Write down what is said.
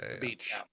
Beach